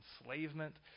enslavement